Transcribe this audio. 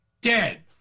dead